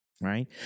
right